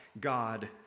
God